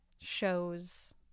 shows